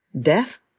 death